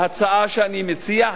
בהצעה שאני מציע,